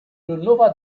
nova